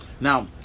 Now